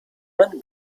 man